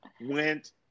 went